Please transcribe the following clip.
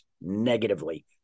negatively